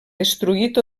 destruït